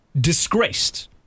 disgraced